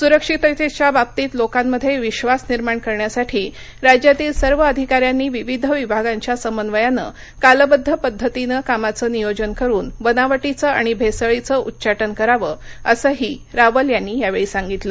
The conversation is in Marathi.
सुरक्षिततेच्या बाबतीत लोकांमध्ये विश्वास निर्माण करण्यासाठी राज्यातील सर्व अधिकाऱ्यांनी विविध विभागांच्या समन्वयाने कालबद्ध पद्धतीनं कामाचं नियोजन करून बनावटीचं आणि भेसळीचं उच्चाटन करावं असंही रावल यांनी यावेळी सांगितलं